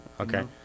Okay